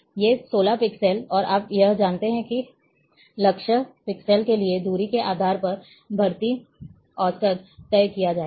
ये 16 पिक्सेल और आप कह सकते हैं कि लक्ष्य पिक्सेल के लिए दूरी के आधार पर भारित औसत तय किया जाएगा